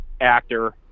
actor